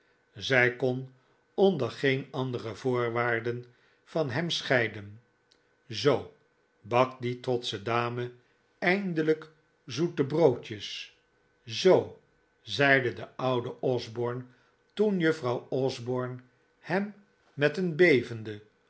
zij kon onder geen andere voorwaarden van hem scheiden zoo bakt die trotsche dame eindelijk zoete broodjes zoo zeide de oude osborne toen juffrouw osborne hem met een bevende